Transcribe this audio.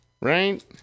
right